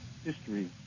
History